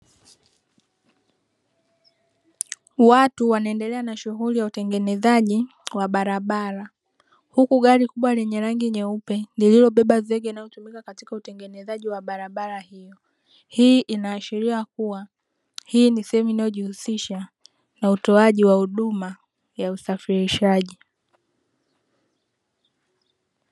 Watu wanaendelea na shughuli ya utengenezaji wa barabara, huku gari kubwa lenye rangi nyeupe lililobeba zege inayotumika katika utengenezaji wa barabara hiyo. Hii inaashiria kuwa hii ni sehemu inayojihusisha na utoaji wa huduma ya usafirishaji.